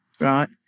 right